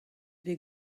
bet